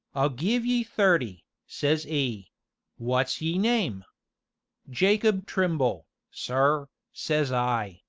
i'll give ye thirty says e wot's ye name jacob trimble, sir says i.